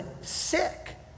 sick